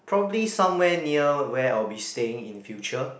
probably somewhere near where I will staying in the future